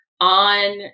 on